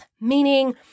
meaning